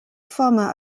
former